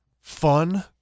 fun